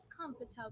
comfortable